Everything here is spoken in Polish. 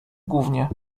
gównie